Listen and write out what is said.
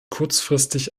kurzfristig